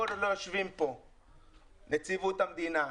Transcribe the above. כל עוד לא יושבים פה נציבות המדינה,